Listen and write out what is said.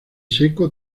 seco